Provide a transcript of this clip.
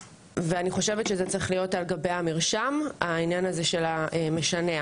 אני חושבת שהעניין של המשנע צריך להיות על גבי המרשם.